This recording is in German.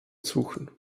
suchen